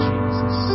Jesus